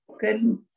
Good